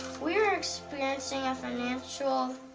we are experiencing a financial.